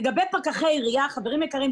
לגבי פקחי עירייה חברים יקרים,